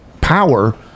power